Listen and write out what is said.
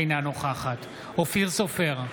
אינה נוכחת אופיר סופר,